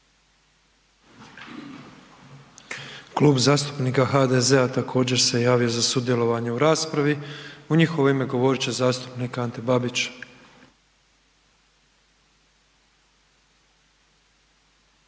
Klub HNS-a također se javio za sudjelovanje u raspravi, u njihovo ime govorit će zastupnica Božica